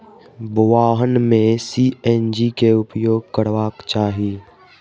वाहन में सी.एन.जी के उपयोग करबाक चाही